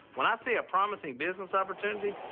when i see a promising business opportunity,